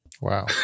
Wow